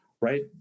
right